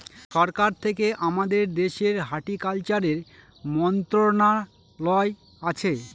সরকার থেকে আমাদের দেশের হর্টিকালচারের মন্ত্রণালয় আছে